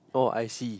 oh I see